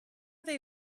they